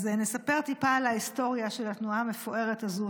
אז נספר טיפה על ההיסטוריה של התנועה המפוארת הזו,